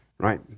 right